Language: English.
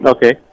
Okay